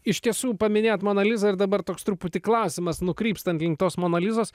iš tiesų paminėjote moną lizą ir dabar toks truputį klausimas nukrypstant link tos mona lizos